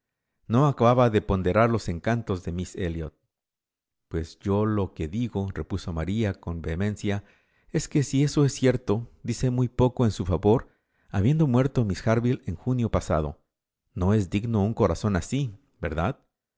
no acababa de ponderar los encantos de miss elliot pues yo lo que digorepuso maría con vehemenciaes que si eso es cierto dice muy poco en su favor habiendo muerto miss harville en junio pasado no es digno un corazón así verdad